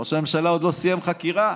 ראש הממשלה עוד לא סיים חקירה,